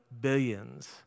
billions